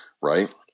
Right